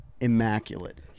Immaculate